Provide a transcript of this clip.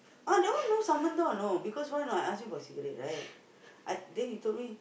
ah that one no know because why not I ask him for cigarette right I then he told me